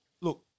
look